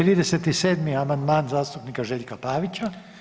37. amandman zastupnika Željka Pavića.